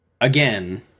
again